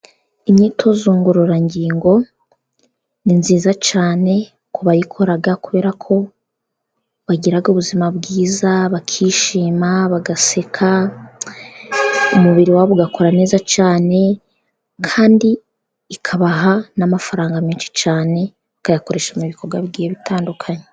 Imyitozo ngororangingo ni myiza cyane, kubayikora kubera ko bagira ubuzima bwiza, bakishima, bagaseka. Umubiri wabo ugakora neza cyane kandi ikabaha n'amafaranga menshi cyane, bakayakoresha mu bikorwa bigiye bitandukanye.